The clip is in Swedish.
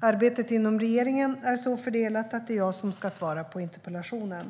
Arbetet inom regeringen är så fördelat att det är jag som ska svara på interpellationen.